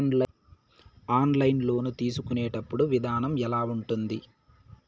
online loan తీసుకునేటప్పుడు విధానం ఎలా ఉంటుంది